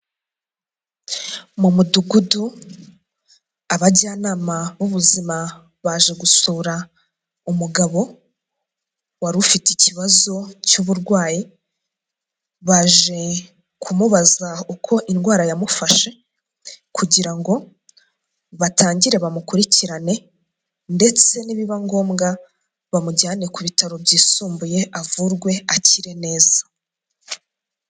Mu mudugudu abajyanama b'ubuzima baje gusura umugabo wari ufite ikibazo cy'uburwayi, baje kumubaza uko indwara yamufashe kugira ngo batangire bamukurikirane ndetse nibiba ngombwa bamujyane ku bitaro byisumbuye avurwe akire neza.